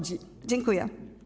Dziękuję.